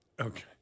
Okay